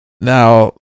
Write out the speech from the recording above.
Now